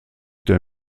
der